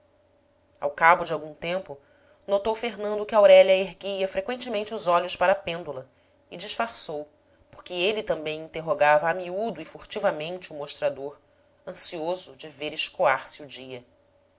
ao cabo de algum tempo notou fernando que aurélia erguia freqüentemente os olhos para a pêndula e disfarçou porque ele também interrogava a miúdo e furtivamente o mostrador ansioso de ver escoar se o dia